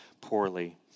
poorly